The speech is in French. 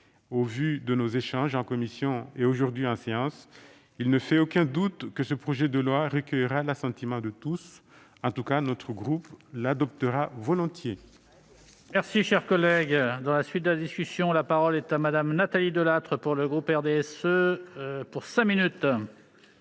Au vu de nos échanges en commission et aujourd'hui en séance, il ne fait aucun doute que ce projet de loi recueillera l'assentiment de tous. En tout état de cause, mon groupe l'adoptera volontiers.